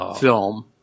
film